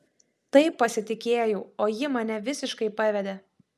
taip pasitikėjau o ji mane visiškai pavedė